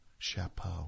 chapeau